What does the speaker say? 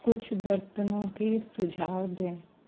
कुछ बर्तनों के सुझाव दें